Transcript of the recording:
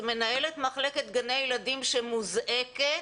זה מנהלת מחלקת גני הילדים שמוזעקת,